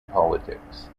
politics